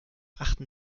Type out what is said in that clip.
achten